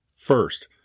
First